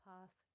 Path